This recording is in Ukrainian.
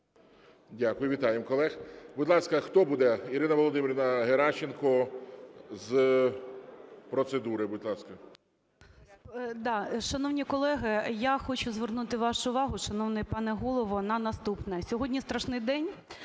Дякую. Вітаємо колег. Будь ласка, хто буде? Ірина Володимирівна Геращенко з процедури, будь ласка.